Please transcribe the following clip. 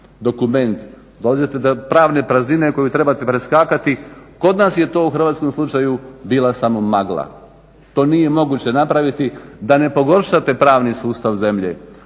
dokument dolazite do pravne praznine koju trebate preskakati, kod nas je to u hrvatskom slučaju bila samo magla. To nije moguće napraviti da ne pogoršate pravni sustav zemlje.